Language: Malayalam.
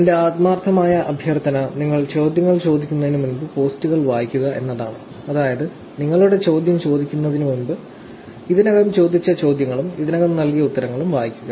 എന്റെ ആത്മാർത്ഥമായ അഭ്യർത്ഥന നിങ്ങൾ ചോദ്യങ്ങൾ ചോദിക്കുന്നതിന് മുമ്പ് പോസ്റ്റുകൾ വായിക്കുക എന്നതാണ് അതായത് നിങ്ങളുടെ ചോദ്യം ചോദിക്കുന്നതിന് മുമ്പ് ഇതിനകം ചോദിച്ച ചോദ്യങ്ങളും ഇതിനകം നൽകിയ ഉത്തരങ്ങളും വായിക്കുക